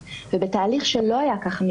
על לוח הזמנים של הוועדה היום - מרחיקה מעבר